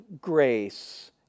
grace